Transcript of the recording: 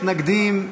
אין מתנגדים,